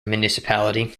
municipality